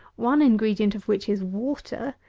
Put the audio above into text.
one ingredient of which is water,